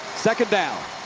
second down.